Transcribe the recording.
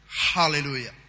Hallelujah